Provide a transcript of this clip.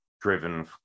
driven